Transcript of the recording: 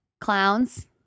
Clowns